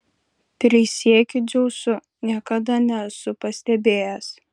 prisiekiu dzeusu niekada nesu pastebėjęs